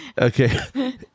Okay